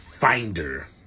finder